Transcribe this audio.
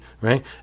right